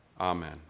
Amen